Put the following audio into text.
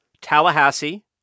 Tallahassee